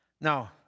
Now